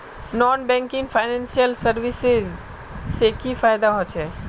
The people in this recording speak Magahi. नॉन बैंकिंग फाइनेंशियल सर्विसेज से की फायदा होचे?